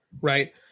right